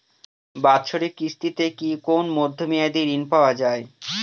বাৎসরিক কিস্তিতে কি কোন মধ্যমেয়াদি ঋণ পাওয়া যায়?